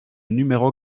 numéro